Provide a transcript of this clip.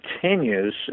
continues